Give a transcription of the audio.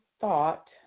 thought